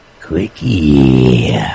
Quickie